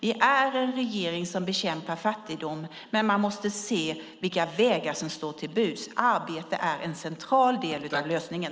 Vi är en regering som bekämpar fattigdom, men man måste se vilka vägar som står till buds. Arbete är en central del av lösningen.